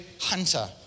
hunter